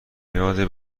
یاد